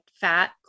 fat